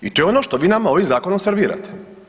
I to je ono što vi nama ovim zakonom servirate.